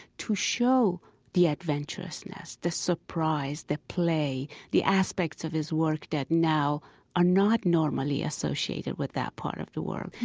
to show the adventureness, the surprise, the play, the aspects of his work that now are not normally associated with that part of the world.